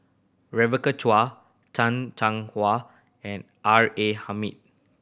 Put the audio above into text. Rebecca Chua Chan Chang How and R A Hamid